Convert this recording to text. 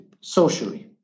socially